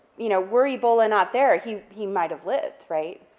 you know, were ebola not there, he he might have lived, right?